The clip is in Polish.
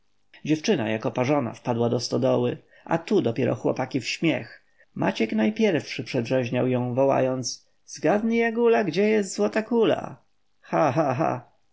dziewczyna jak oparzona wpadła do stodoły a tu dopiero chłopaki w śmiech maciek najpierwszy przedrzeźnia ją wołając zgadnij jagula gdzie jest złota kula ha ha ha